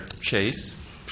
chase